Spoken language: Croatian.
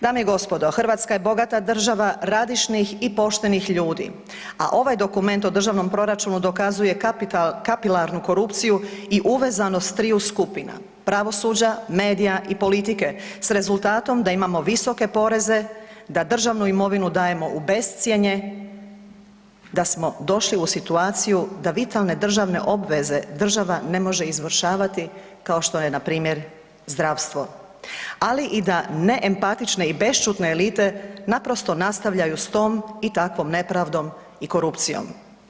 Dame i gospodo, Hrvatska je bogata država radišnih i poštenih ljudi, a ovaj dokument o državnom proračunu dokazuje kapilarnu korupciju i uvezanost tri skupina, pravosuđa, medija i politike s rezultatom da imamo visoke poreze, da državnu imovinu dajemo u bescjenje, da smo došli u situaciju da vitalne obveze država ne može izvršavati kao što je npr. zdravstvo, ali i da ne empatične i bešćutne elite naprosto nastavljaju s tom i takvom nepravdom i korupcijom.